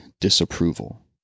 disapproval